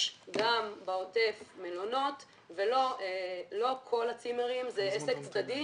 גם בעוטף יש מלונות ולא הכול אלה צימרים שזה עסק צדדי.